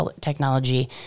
technology